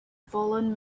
fallen